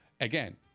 again